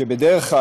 שבדרך כלל,